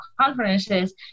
conferences